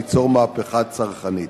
ליצור מהפכה צרכנית.